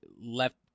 left